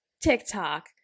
tiktok